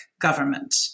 government